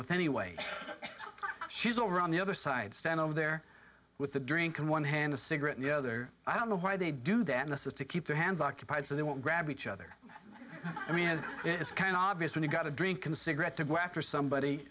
with anyway she's over on the other side stand over there with a drink in one hand a cigarette no other i don't know why they do that unless it's to keep their hands occupied so they won't grab each other i mean it's kind of obvious when you've got a drink in cigarette to go after somebody